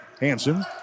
Hansen